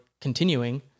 continuing